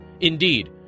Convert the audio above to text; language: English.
Indeed